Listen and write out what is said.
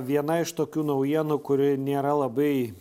viena iš tokių naujienų kuri nėra labai